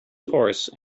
horse